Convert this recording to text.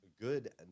good